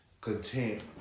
content